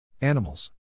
Animals